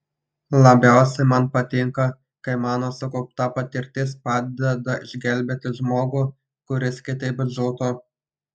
labiausiai man patinka kai mano sukaupta patirtis padeda išgelbėti žmogų kuris kitaip žūtų